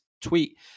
tweet